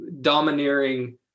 domineering